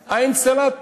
האינסטלטור.